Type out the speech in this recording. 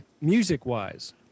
music-wise